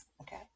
okay